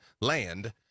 land